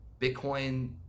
Bitcoin